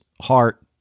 heart